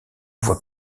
voie